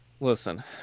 listen